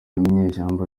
inyeshyamba